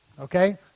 Okay